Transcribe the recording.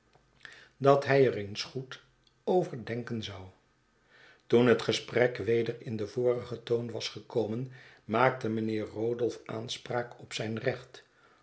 dat hij er eens goed over denken zou toen het gesprek weder in den vorigen toon was gekomen maakte mijnheer rodolph aanspraak op zijn recht